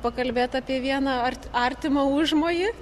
pakalbėt apie vieną ar artimą užmojį